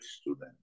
student